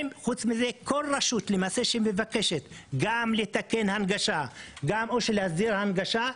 ושנית כל רשות שמבקשת לתקן ולהסדיר הנגשה,